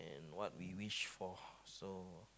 and what we wish for so